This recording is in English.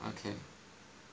okay